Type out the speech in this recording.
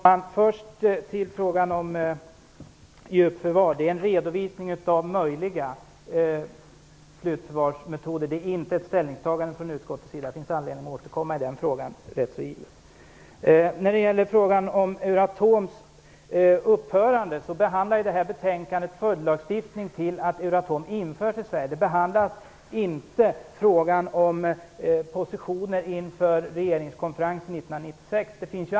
Herr talman! Först till frågan om djupförvar. Det är en redovisning av möjliga slutförvarsmetoder. Det är inte ett ställningstagande från utskottets sida. Det finns anledning att återkomma i den frågan. När det gäller frågan om Euratoms upphörande vill jag påpeka att detta betänkande behandlar följdlagstiftning på grund av att Euratom införs i Sverige. Det är inte frågan om positioner inför regeringskonferensen 1996 som behandlas.